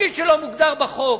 התפקיד שלו מוגדר בחוק.